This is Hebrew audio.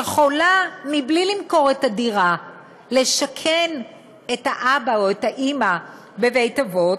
שבלי למכור את הדירה יכולה לשכן את האבא או את האימא בבית אבות,